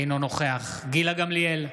אינו נוכח גילה גמליאל,